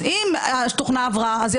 אם התוכנה עברה שכלול,